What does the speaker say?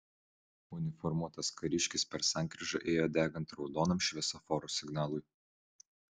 uniformuotas kariškis per sankryžą ėjo degant raudonam šviesoforo signalui